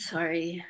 Sorry